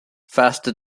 faster